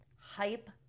hype